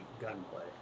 gunplay